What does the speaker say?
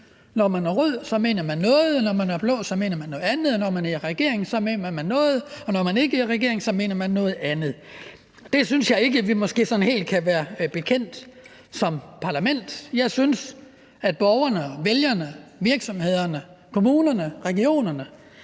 Når man er rød, mener man noget. Når man er blå, mener man noget andet. Når man er i regering, mener man noget, og når man ikke er i regering, mener man noget andet. Det synes jeg måske ikke at vi sådan helt kan være bekendt som parlament. Borgerne, vælgerne, virksomhederne, kommunerne, regionerne